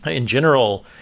ah in general,